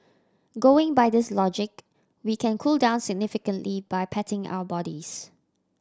going by this logic we can cool down significantly by patting our bodies